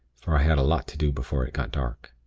for i had a lot to do before it got dark.